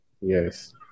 Yes